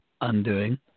undoing